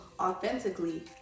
authentically